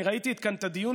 אני ראיתי את הדיון,